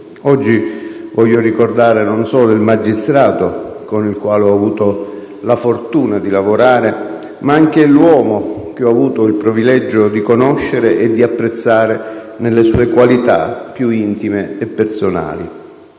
Oggi voglio ricordare non solo il magistrato, con il quale ho avuto la fortuna di lavorare, ma anche l'uomo, che ho avuto il privilegio di conoscere e di apprezzare nelle sue qualità più intime e personali.